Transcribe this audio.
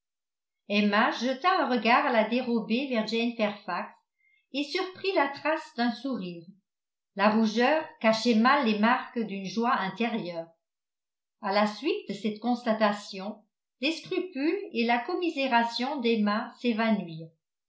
emma jeta un regard à la dérobée vers jane fairfax et surprit la trace d'un sourire la rougeur cachait mal les marques d'une joie intérieure à la suite de cette constatation les scrupules et la commisération d'emma